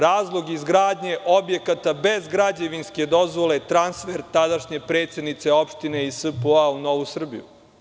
Razlog izgradnje objekata bez građevinske dozvole je transfer, tadašnje predsednice opštine iz SPO u Novu Srbiju.